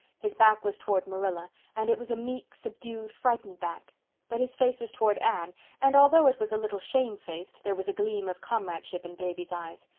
his back was toward marilla and it was a meek, subdued, frightened back but his face was toward anne and although it was a little shamefaced there was a gleam of comradeship in davy's eyes,